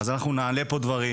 אנחנו נעלה פה נושאים שונים,